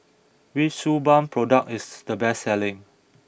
which Suu Balm product is the best selling